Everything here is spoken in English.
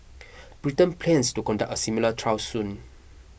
Britain plans to conduct a similar trial soon